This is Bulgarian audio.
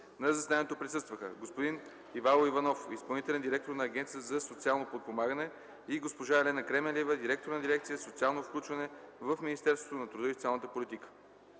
На заседанието присъстваха: господин Ивайло Иванов – изпълнителен директор на Агенцията за социално подпомагане, и госпожа Елена Кременлиева – директор на дирекция „Социално включване” в Министерството на труда и социалната политика.